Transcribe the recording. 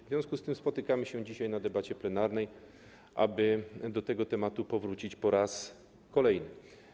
W związku z tym spotykamy się dzisiaj na debacie plenarnej, aby do tego tematu powrócić po raz kolejny.